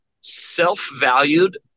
self-valued